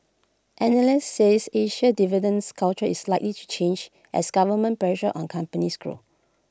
analysts says Asia's dividends culture is likely to change as government pressure on companies grows